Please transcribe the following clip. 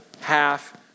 Half